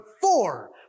four